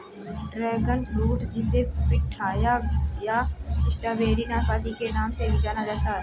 dragon fruit जिसे pitaya या strawberry नाशपाती के नाम से भी जाना जाता है